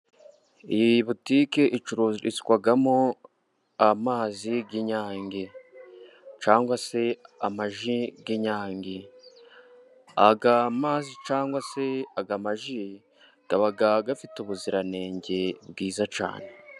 Iyi botike icururizwamo amazi y'inyange cyangwa se amaji y'inyange, aya amazi cyangwa se ayamaji, aba afite ubuziranenge bwiza cyane.